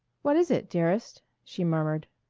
what is it, dearest? she murmured.